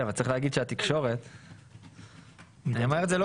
אני מתאר עובדה,